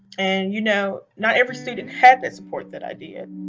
and you know not every student had the support that i did.